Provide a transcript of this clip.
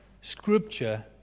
Scripture